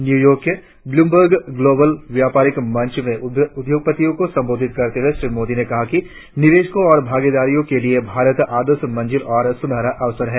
New York के Bloomberg global व्यापारिक मंच में उद्योगपतियों को संबोधित करते हुए श्री मोदी ने कहा कि निवेशकों और भागीदारों के लिए भारत आदर्श मंजिल और सुनहरा अवसर है